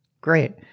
Great